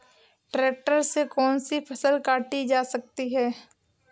Tractor से कौन सी फसल काटी जा सकती हैं?